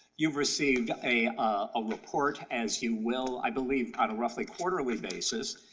you've received a a report, as you will i believe on a roughly quarterly basis,